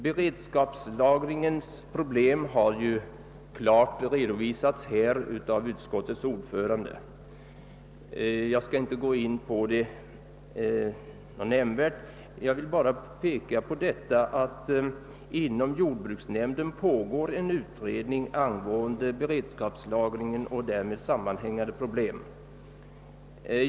Beredskapslagringens problem har redan redovisats av utskottets ordförande. Jag skall inte närmare gå in på detta problem utan vill bara peka på att en utredning pågår inom jordbruksnämnden angående beredskapslagringen och därmed sammanhängande frågor.